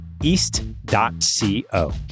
East.co